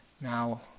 Now